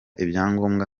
ibyangombwa